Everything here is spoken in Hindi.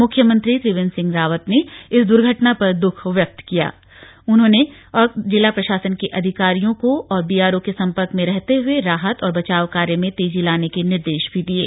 मुख्यमंत्री त्रिवेंद्र सिंह रावत ने इस दूर्घटना पर दूख व्यक्त किया है और जिला प्रशासन के अधिकारियों को बीआरओ के संपर्क में रहते हए राहत और बचाव कार्य में तेजी लाने के निर्देश दिये हैं